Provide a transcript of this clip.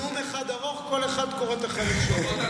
יש לנו נאום אחד ארוך, כל אחד קורא את החלק שלו.